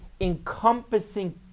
encompassing